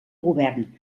govern